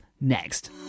Next